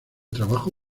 trabajo